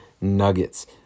Nuggets